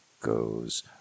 goes